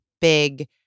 big